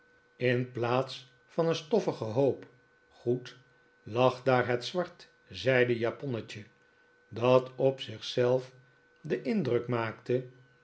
in plaats van een stoffige hoop goed lag daar het zwart zijden japonnetje dat op zich zelf den indruk maakte